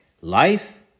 life